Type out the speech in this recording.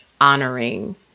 honoring